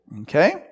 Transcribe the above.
okay